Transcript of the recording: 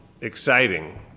exciting